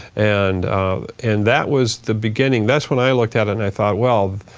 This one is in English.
and and that was the beginning. that's when i looked at it and i thought, well,